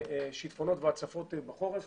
ושיטפונות והצפות בחורף